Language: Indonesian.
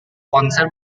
konser